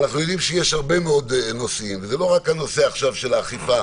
הרבה מאוד נושאים, וזה לא רק הנושא של האכיפה